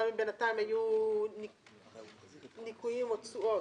גם אם בינתיים היו ניכויים או תשואות.